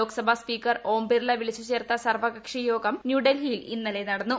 Lok Sabha speaker Om Birla വിളിച്ചു ചേർത്ത സർവ്വകക്ഷിയോഗം ന്യൂഡൽഹിയിൽ ഇന്നലെ നടന്നു